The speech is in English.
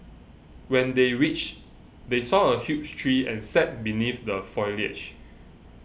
when they reached they saw a huge tree and sat beneath the foliage